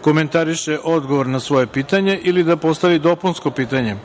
komentariše odgovor na svoje pitanje ili da postavi dopunsko pitanje.